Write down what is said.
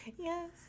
Yes